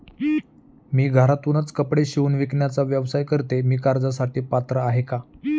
मी घरातूनच कपडे शिवून विकण्याचा व्यवसाय करते, मी कर्जासाठी पात्र आहे का?